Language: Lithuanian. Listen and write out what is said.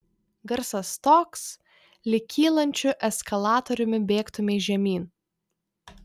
garsas toks lyg kylančiu eskalatoriumi bėgtumei žemyn